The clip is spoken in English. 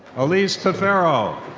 elise tafero.